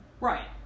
Right